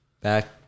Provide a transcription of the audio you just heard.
back